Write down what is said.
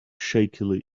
shakily